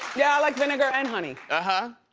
yeah, i like vinegar and honey. ah huh,